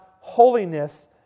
holiness